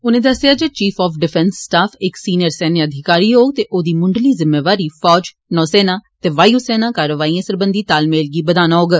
उनें दस्सेआ जे चीफ आफ डिफैंस स्टाफ इक सीनियर सैन्य अधिकारी होग ते ओदी मुंडली जुम्मेवारी फौज नौसेना ते वायु सेना कारवाइए सरबंधी तालमेल गी बधाना होग